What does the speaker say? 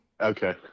okay